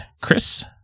Chris